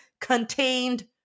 contained